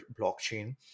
blockchain